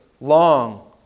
long